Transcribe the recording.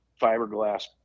fiberglass